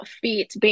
feet